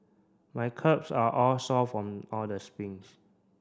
my calves are all sore from all the sprints